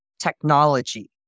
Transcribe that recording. technology